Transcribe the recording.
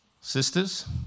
sisters